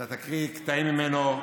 שאתה תקריא קטעים ממנו,